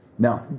No